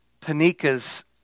Panika's